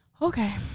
Okay